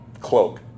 cloak